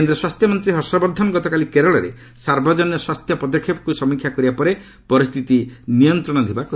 କେନ୍ଦ୍ର ସ୍ୱାସ୍ଥ୍ୟମନ୍ତ୍ରୀ ହର୍ଷବର୍ଦ୍ଧନ ଗତକାଲି କେରଳରେ ସାର୍ବଜନୀନ ସ୍ୱାସ୍ଥ୍ୟ ପଦକ୍ଷେପକୁ ସମୀକ୍ଷା କରିବା ପରେ ପରିସ୍ଥିତି ନିୟନ୍ତ୍ରଣାଧୀନ ଥିବା କହିଛନ୍ତି